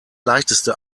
leichteste